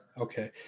Okay